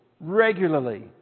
regularly